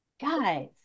guys